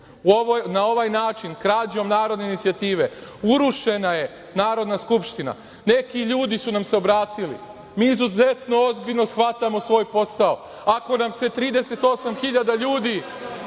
Na ovaj način, krađom narodne inicijative, urušena je Narodna skupština. Neki ljudi su nam se obratili. Mi izuzetno ozbiljno shvatamo svoj posao. Ako nam se 38.000 ljudi